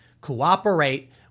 cooperate